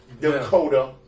Dakota